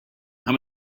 how